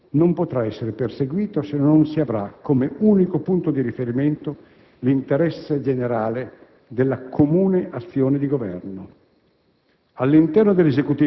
Questo obiettivo non potrà essere perseguito se non si avrà come unico punto di riferimento l'interesse generale della comune azione di Governo.